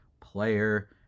player